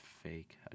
fake